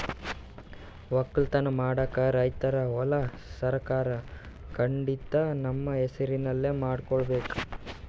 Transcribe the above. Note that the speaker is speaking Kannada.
ವಕ್ಕಲತನ್ ಮಾಡಕ್ಕ್ ರೈತರ್ ಹೊಲಾ ಸರಕಾರ್ ಕಡೀನ್ದ್ ತಮ್ಮ್ ಹೆಸರಲೇ ಮಾಡ್ಕೋಬೇಕ್